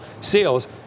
sales